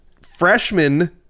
freshman